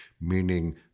meaning